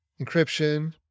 encryption